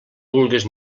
vulgues